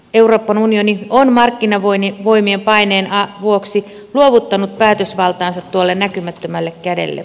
euroopan unioni on markkinavoimien paineen vuoksi luovuttanut päätösvaltaansa tuolle näkymättömälle kädelle